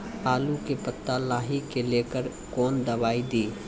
आलू के पत्ता लाही के लेकर कौन दवाई दी?